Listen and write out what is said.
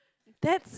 that's